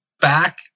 back